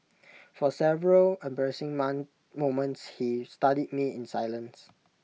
for several embarrassing moments he studied me in silence